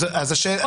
ברור.